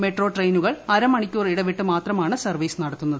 metro ട്രയിനുകൾ അരമണിക്കൂർ ഇടവിട്ട് മാത്രമാണ് സർവ്വീസ് നടത്തുന്നത്